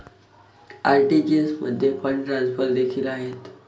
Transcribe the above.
RTGS मध्ये fund transfer देखील आहेत